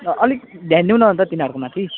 र अलिक ध्यान दिउँ न अन्त तिनीहरूकोमाथि